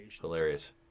Hilarious